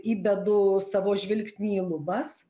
įbedu savo žvilgsnį į lubas